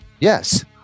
Yes